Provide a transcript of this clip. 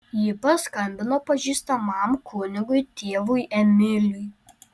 ji paskambino pažįstamam kunigui tėvui emiliui